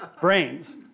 Brains